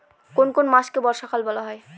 কোন কোন মাসকে বর্ষাকাল বলা হয়?